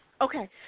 okay